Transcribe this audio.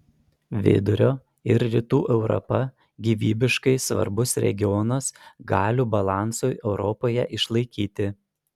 vidurio ir rytų europa gyvybiškai svarbus regionas galių balansui europoje išlaikyti